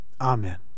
Amen